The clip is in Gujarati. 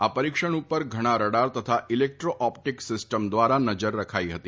આ પરીક્ષણ ઉપર ઘણા રડાર તથા ઇલેક્ટ્રો ઓપ્ટીક સિસ્ટમ દ્વારા નજર રખાઇ હતી